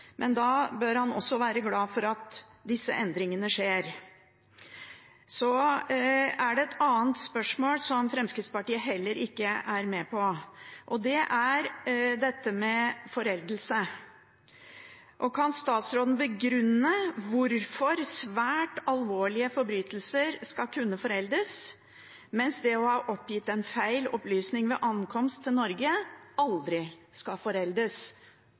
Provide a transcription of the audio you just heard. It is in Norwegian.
men da bør han også være glad for at disse endringene skjer. Så er det et annet spørsmål, som Fremskrittspartiet heller ikke er med på, og det er dette med foreldelse. Kan statsråden begrunne hvorfor svært alvorlige forbrytelser skal kunne foreldes, mens det å ha gitt en feil opplysning ved ankomst til Norge aldri skal